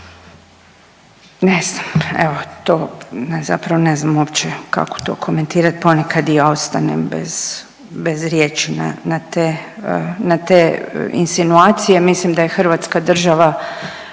Ne znam, evo, to ne, zapravo ne znam uopće kako to komentirati, ponekad i ja ostanem bez riječi na te insinuacije. Mislim da je hrvatska država